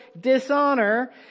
dishonor